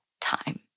time